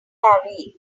array